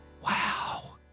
Wow